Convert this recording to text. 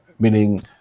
meaning